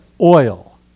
Oil